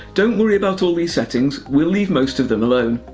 don't worry about all these settings, we'll leave most of them alone.